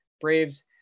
Braves